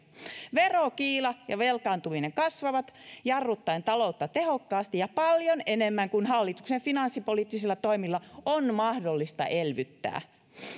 verokiila ja velkaantuminen kasvavat jarruttaen taloutta tehokkaasti ja paljon enemmän kuin hallituksen finanssipoliittisilla toimilla on mahdollista elvyttää